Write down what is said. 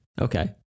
Okay